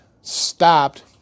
stopped